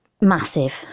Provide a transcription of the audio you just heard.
massive